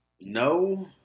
no